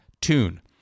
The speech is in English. tune